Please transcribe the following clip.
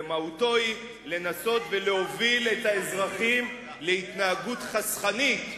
אלא ניסיון להוביל את האזרחים להתנהגות חסכנית,